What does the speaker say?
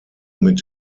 mit